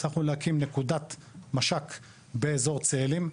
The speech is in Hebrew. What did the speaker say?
הצלחנו להקים נקודת מש"ק באזור צאלים,